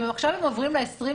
אם הם עכשיו הם עוברים ל-30%,